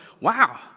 wow